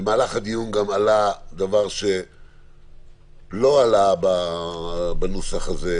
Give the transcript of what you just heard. במהלך הדיון גם עלה דבר שלא עלה בנוסח הזה,